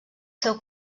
seu